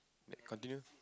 continue